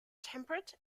temperate